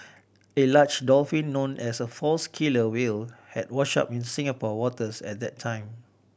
a large dolphin known as a false killer whale had washed up in Singapore waters at that time